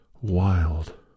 wild